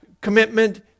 commitment